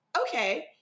okay